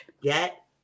Get